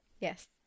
yes